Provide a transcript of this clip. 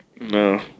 No